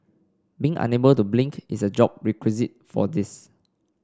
being unable to blink is a job requisite for this